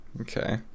Okay